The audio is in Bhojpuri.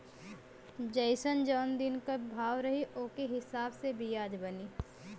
जइसन जौन दिन क भाव रही ओके हिसाब से बियाज बनी